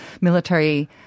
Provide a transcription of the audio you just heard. military